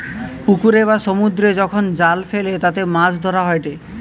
পুকুরে বা সমুদ্রে যখন জাল ফেলে তাতে মাছ ধরা হয়েটে